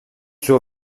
suo